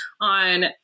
on